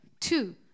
two